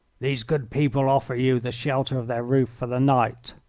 these good people offer you the shelter of their roof for the night,